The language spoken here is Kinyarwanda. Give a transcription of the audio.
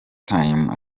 time